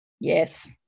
Yes